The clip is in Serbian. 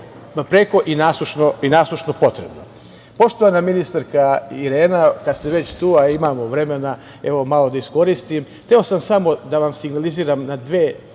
preko i nasušno potrebno. Poštovana ministarka Irena, kad ste već tu, a imamo vremena, evo, malo da iskoristim, hteo sam samo da vam signaliziram dve tačke